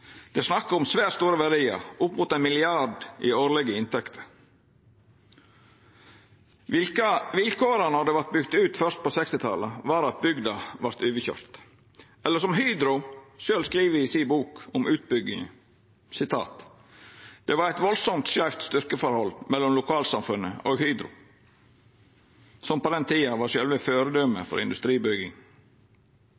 Det er snakk om svært store verdiar, oppimot 1 mrd. kr i årlege inntekter. Vilkåra då det vart bygt ut først på 1960-talet, var slik at bygda vart overkøyrd – eller som Hydro sjølv skriv i boka si om utbygging: Det var eit veldig skeivt styrkeforhold mellom lokalsamfunnet og Hydro, som på den tida var sjølve føredømet